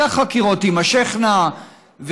כי החקירות תימשכנה,